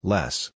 Less